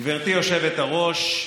גברתי היושבת-ראש,